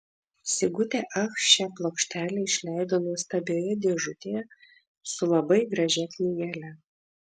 sigutė ach šią plokštelę išleido nuostabioje dėžutėje su labai gražia knygele